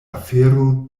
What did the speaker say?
afero